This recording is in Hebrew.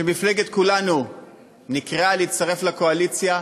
כשמפלגת כולנו נקראה להצטרף לקואליציה,